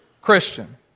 Christian